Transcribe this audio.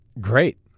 Great